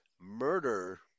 murder